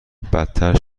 بدتر